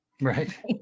Right